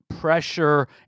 pressure